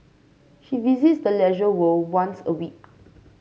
she visits the Leisure World once a week